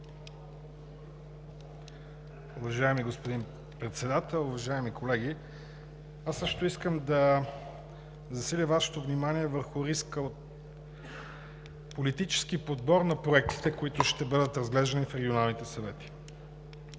Уважаеми господин Председател, уважаеми колеги! Аз също искам да засиля Вашето внимание върху риска от политически подбор на проектите, които ще бъдат разглеждани в регионалните съвети,